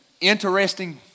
interesting